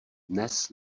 dnes